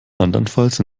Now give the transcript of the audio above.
andernfalls